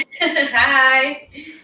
Hi